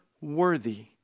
worthy